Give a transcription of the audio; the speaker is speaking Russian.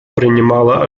принимала